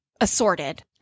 assorted